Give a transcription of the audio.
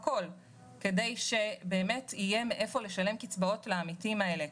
הכול כדי שיהיה מאיפה לשלם קצבאות לעמיתים האלה,